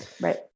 Right